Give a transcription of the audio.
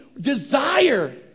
desire